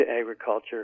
agriculture